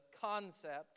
concept